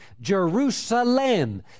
Jerusalem